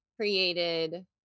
created